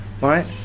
right